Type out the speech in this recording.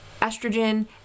estrogen